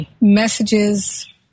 messages